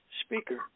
speaker